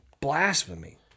Blasphemy